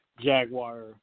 Jaguar